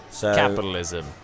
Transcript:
Capitalism